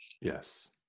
Yes